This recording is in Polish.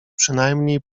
przynajmniej